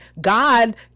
God